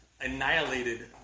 annihilated